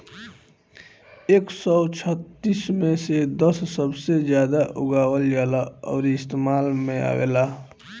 एक सौ छत्तीस मे से दस सबसे जादा उगावल जाला अउरी इस्तेमाल मे आवेला